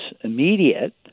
immediate